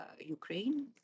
Ukraine